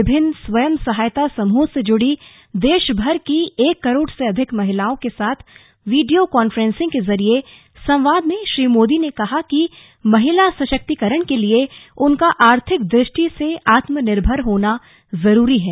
विभिन्न स्व सहायता समुहों से जुड़ी देश भर की एक करोड़ से अधिक महिलाओं के साथ वीडियो कांफ्रेंसिंग के जरिए संवाद में श्री मोदी ने कहा कि महिला सशक्तिकरण के लिए उनका आर्थिक दृष्टि से आत्मनिर्भर होना जरूरी है